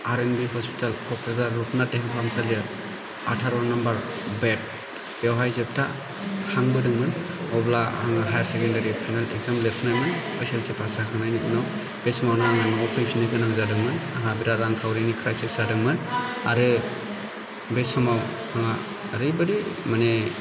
आर N B hospital Kokrajhar Rupnath Brahma देहा फाहामसालिआव Aadhaar' number bed बेयावहाय जोबथा हां बोदोंमोन अब्ला आंङो हाइयार सेकेंडारि फाइनाल एकजाम लेरफुनाय मोन H S L C pass जाखांनायनि उनाव बे समावनो आं न'आव फैफिननो गोनां जादोंमोन आंहा बेराद रां खावरिनि क्राइसिस जादोंमोन आरो बे समाव आंहा ओरैबायदि मानि